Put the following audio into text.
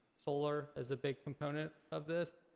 solar is a big component of this,